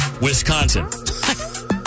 Wisconsin